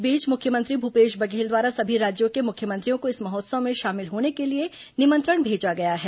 इस बीच मुख्यमंत्री भूपेश बघेल द्वारा सभी राज्यों के मुख्यमंत्रियों को इस महोत्सव में शामिल होने के लिए निमंत्रण भेजा गया है